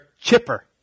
chipper